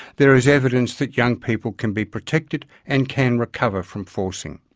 there is evidence that young people can be protected and can recover from forcing.